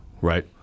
right